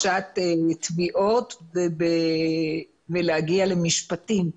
בהגשת תביעות ובלהגיע למשפטים,